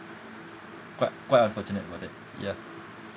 quite quite unfortunate about that ya